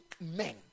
men